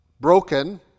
broken